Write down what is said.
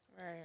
right